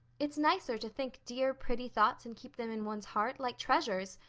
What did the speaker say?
it's nicer to think dear, pretty thoughts and keep them in one's heart, like treasures.